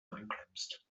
einklemmst